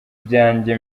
byanjye